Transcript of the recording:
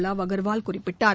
லாவ் அக்வால் குறிப்பிட்டார்